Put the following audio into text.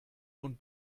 und